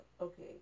Okay